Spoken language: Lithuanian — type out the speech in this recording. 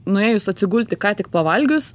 nuėjus atsigulti ką tik pavalgius